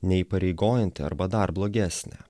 neįpareigojanti arba dar blogesnė